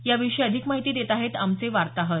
याविषयी अधिक माहिती देत आहेत आमचे वार्ताहर